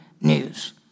news